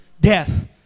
death